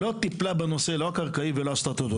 לא הקרקעי ולא הסטטוטורי.